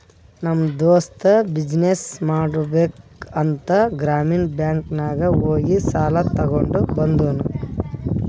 ನಮ್ ದೋಸ್ತ ಬಿಸಿನ್ನೆಸ್ ಮಾಡ್ಬೇಕ ಅಂತ್ ಗ್ರಾಮೀಣ ಬ್ಯಾಂಕ್ ನಾಗ್ ಹೋಗಿ ಸಾಲ ತಗೊಂಡ್ ಬಂದೂನು